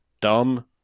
dumb